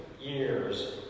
years